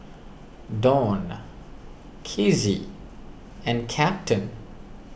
Donn Kizzy and Captain